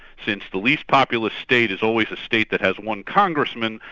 since the least populist state is always the state that has one congressman,